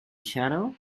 shadow